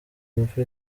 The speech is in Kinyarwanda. rupfu